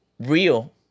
real